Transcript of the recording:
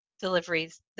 deliveries